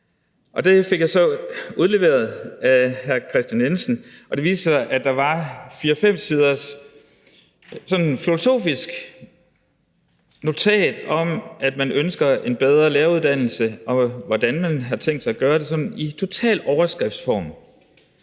Det fik jeg så udleveret af hr. Kristian Jensen, og det viste sig, at der var et fire-fem siders sådan filosofisk notat om, at man ønsker en bedre læreruddannelse, og hvordan man har tænkt sig at gøre det, sådan i total overskriftsform.